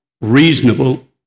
reasonable